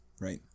Right